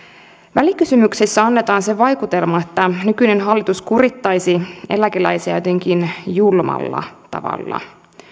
välikysymyksessä annetaan se vaikutelma että nykyinen hallitus kurittaisi eläkeläisiä jotenkin julmalla tavalla